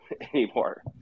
anymore